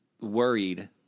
worried